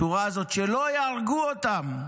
השורה הזאת, שלא יהרגו אותם,